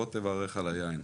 בוא תברך על היין.